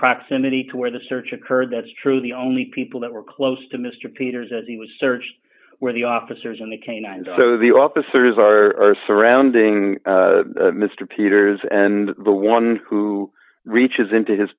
proximity to where the search occurred that's true the only people that were close to mr peters as he was searched where the officers and the canines so the officers are surrounding mr peters and the one who reaches into his